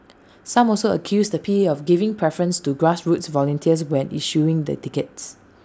some also accused the P A of giving preference to grassroots volunteers when issuing the tickets